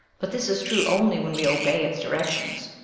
but this is true only when we obey its directions,